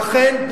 ואכן,